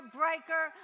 breaker